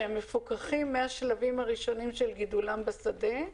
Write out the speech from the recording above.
שהם מפוקחים מהשלבים הראשונים של גידולם בשדה,